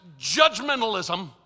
judgmentalism